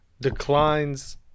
declines